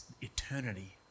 eternity